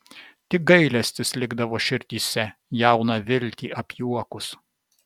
tik gailestis likdavo širdyse jauną viltį apjuokus